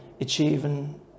achieving